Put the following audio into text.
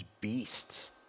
beasts